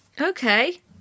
Okay